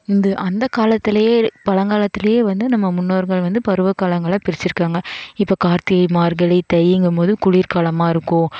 இந்த அந்த காலத்துலேயே பழங்காலத்துலேயே வந்து நம்ம முன்னோர்கள் வந்து பருவகாலங்களாக பிரிச்சிருக்காங்க இப்போ கார்த்திகை மார்கழி தைங்கும் போது குளிர்காலமாக இருக்கும்